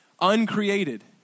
uncreated